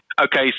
Okay